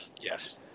Yes